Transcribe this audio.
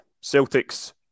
Celtic's